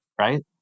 right